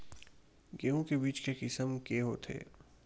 गेहूं के बीज के किसम के होथे?